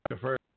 first